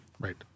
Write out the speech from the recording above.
Right